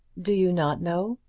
do you not know?